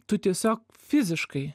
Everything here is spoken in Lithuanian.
tu tiesiog fiziškai